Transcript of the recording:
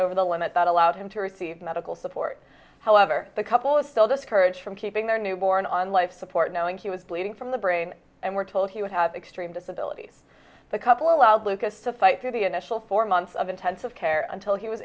over the limit that allowed him to receive medical support however the couple is still discouraged from keeping their newborn on life support knowing he was bleeding from the brain and were told he would have extreme disabilities the couple allowed lucas to fight through the initial four months of intensive care until he was